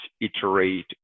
iterate